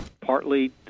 Partly